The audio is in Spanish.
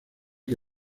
que